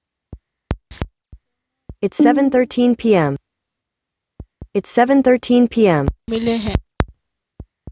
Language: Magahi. सोना यह इंश्योरेंस करेला से कुछ लाभ मिले है?